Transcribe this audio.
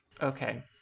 Okay